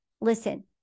Listen